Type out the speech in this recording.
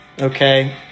Okay